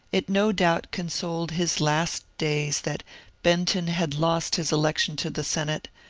it no doubt consoled his last days that benton had lost his election to the senate,